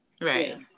right